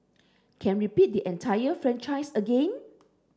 can repeat the entire franchise again